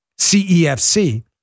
CEFC